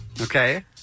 Okay